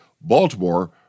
Baltimore